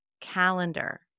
calendar